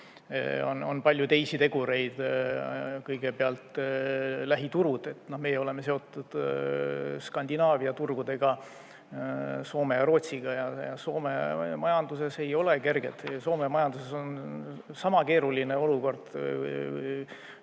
On palju teisi tegureid. Kõigepealt lähiturud: meie oleme seotud Skandinaavia turgudega, Soome ja Rootsiga. Soome majanduses ei ole kerge, Soome majanduses on sama keeruline olukord.